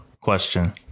question